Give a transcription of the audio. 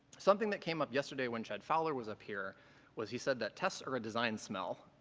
something that came up yesterday when chad fowler was up here was he said that tests are a design smell.